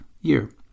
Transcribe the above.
year